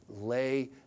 Lay